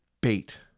bait